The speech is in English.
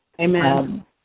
Amen